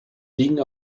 liegen